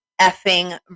effing